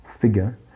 figure